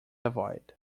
avoid